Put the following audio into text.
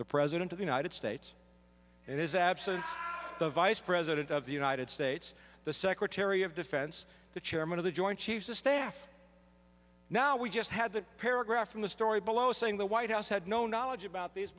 the president of the united states and his absence the vice president of the united states the secretary of defense the chairman of the joint chiefs of staff now we just had that paragraph from the story below saying the white house had no knowledge about th